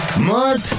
Mud